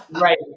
Right